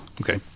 okay